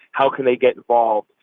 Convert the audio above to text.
how can they get involved?